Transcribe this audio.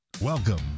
Welcome